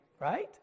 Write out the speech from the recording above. right